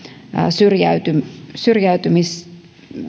syrjäytymisen